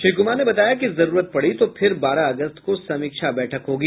श्री कुमार ने बताया कि जरुरत पडी तो फिर बारह अगस्त को समीक्षा बैठक होगी